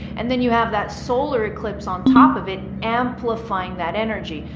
and then you have that solar eclipse on top of it amplifying that energy.